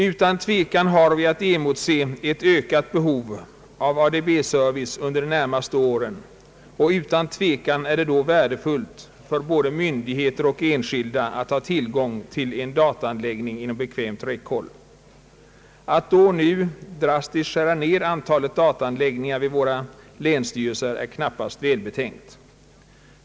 Säkert har vi att emotse ett ökat behov av ADB-service under de närmaste åren, och utan tvekan är det då värdefullt för både myndigheter och enskilda att ha tillgång till en dataanläggning inom bekvämt räckhåll. Att under sådana förhållanden nu drastiskt skära ner antalet dataanläggningar vid våra länsstyrelser är knappast välbetänkt.